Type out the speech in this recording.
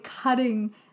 cutting